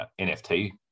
NFT